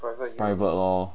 private lor